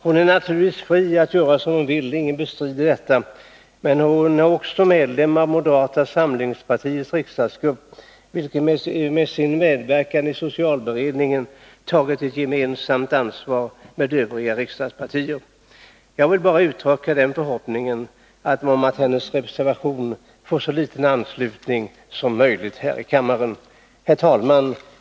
Hon är naturligtvis fri att göra som hon vill — ingen bestrider detta — men hon är också medlem av moderata samlingspartiets riksdagsgrupp, vilken med sin medverkan i socialberedningen tagit ett gemensamt ansvar med övriga riksdagspartier. Jag vill bara uttrycka den förhoppningen att hennes reservationer får så liten anslutning som möjligt här i kammaren. Herr talman!